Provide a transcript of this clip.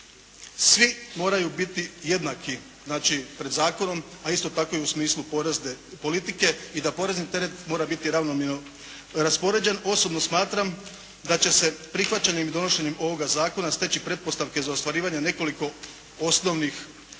svi moraju biti jednaki. Znači pred zakonom, a isto tako i u smislu porezne politike i da porezni teret mora biti ravnomjerno raspoređen. Osobno smatram da će se prihvaćanjem i donošenjem ovoga zakona steći pretpostavke za ostvarivanje nekoliko osnovnih